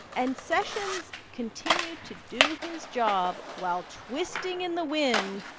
and sessions continued to do his job while twisting in the wind,